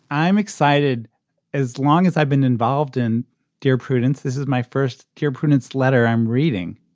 i'm excited as long as i've been involved in dear prudence. this is my first dear prudence letter i'm reading.